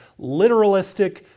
literalistic